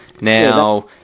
Now